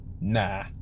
Nah